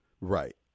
Right